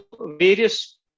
various